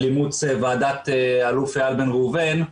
על אימוץ דוח ועדת האלוף איל בן ראובן,